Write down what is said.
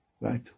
Right